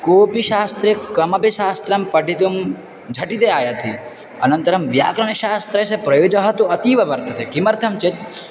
कोऽपि शास्त्रे कमपि शास्त्रं पठितुं झटिति आयाति अनन्तरं व्याकरणशास्त्रस्य प्रयोजनं तु अतीव वर्तते किमर्थं चेत्